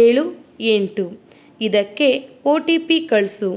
ಏಳು ಎಂಟು ಇದಕ್ಕೆ ಒ ಟಿ ಪಿ ಕಳಿಸು